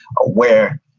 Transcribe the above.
aware